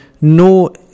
no